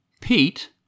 Pete